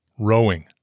Rowing